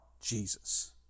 Jesus